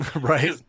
Right